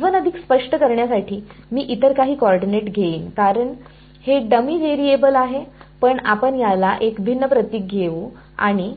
जीवन अधिक स्पष्ट करण्यासाठी मी इतर काही कॉर्डीनेट घेईन कारण हे डमी व्हेरिएबल आहे पण आपण याला एक भिन्न प्रतीक घेऊ आणि